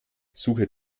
suche